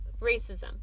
racism